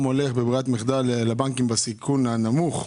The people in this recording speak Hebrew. הולך בברירת מחדל לבנקים בסיכון הנמוך,